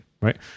right